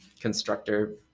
constructor